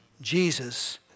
Jesus